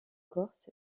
corse